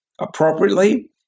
appropriately